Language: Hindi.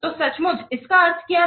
तो सचमुच इसका अर्थ क्या है